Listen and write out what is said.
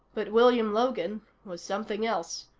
but william logan was something else,